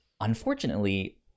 unfortunately